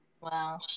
Wow